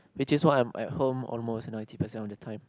which is why I'm at home almost ninety percent of the time